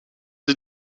sie